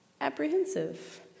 apprehensive